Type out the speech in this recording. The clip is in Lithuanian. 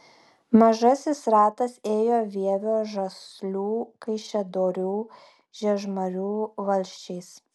mažasis ratas ėjo vievio žaslių kaišiadorių žiežmarių valsčiais